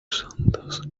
sentences